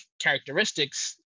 characteristics